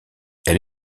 elle